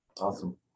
Awesome